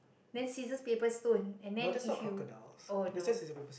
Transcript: then scissors paper stone and then if you oh no